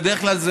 בדרך כלל,